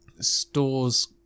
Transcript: stores